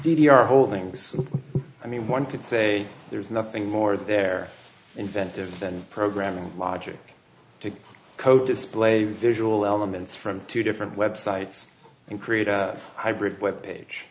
r holdings i mean one could say there's nothing more there inventive than programming logic code display visual elements from two different websites and create a hybrid web page